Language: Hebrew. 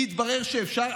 כי התברר שאפשר.